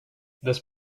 this